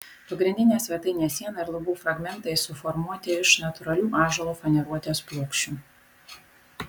pagrindinė svetainės siena ir lubų fragmentai suformuoti iš natūralių ąžuolo faneruotės plokščių